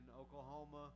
Oklahoma